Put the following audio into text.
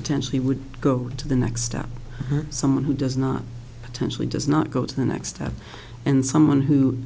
potentially would go to the next step someone who does not attention he does not go to the next step and someone who